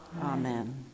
Amen